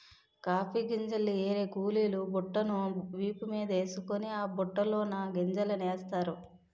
coffee గింజల్ని ఏరే కూలీలు బుట్టను వీపు మీదేసుకొని ఆ బుట్టలోన ఆ గింజలనేస్తారు